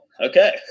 okay